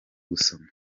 gusoma